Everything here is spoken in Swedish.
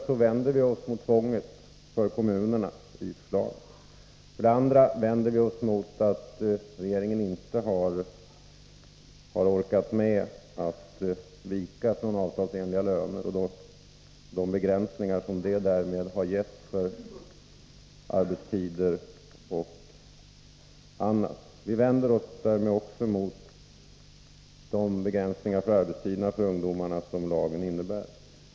Vi vänder oss emot tvånget för kommunerna i förslaget. Vi vänder oss emot att regeringen inte har orkat med att vika från avtalsenliga löner och mot de begränsningar som det har inneburit för arbetstider och annat. Vi vänder oss därmed också mot de begränsningar beträffande arbetstiden för ungdomarna som lagen innebär.